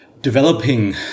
developing